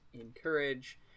encourage